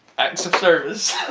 acts of service.